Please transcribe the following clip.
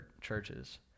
churches